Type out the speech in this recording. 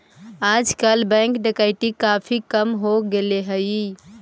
आजकल बैंक डकैती काफी कम हो गेले हई